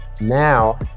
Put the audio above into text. now